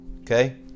Okay